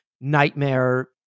nightmare